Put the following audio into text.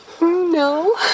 No